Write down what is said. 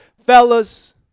Fellas